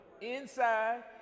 inside